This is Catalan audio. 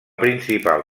principal